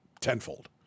tenfold